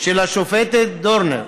של השופטת דורנר,